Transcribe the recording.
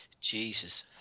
Jesus